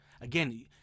Again